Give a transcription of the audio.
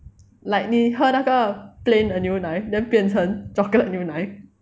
like 你喝那个 plain 的牛奶 then 变成 chocolate 牛奶